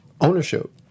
Ownership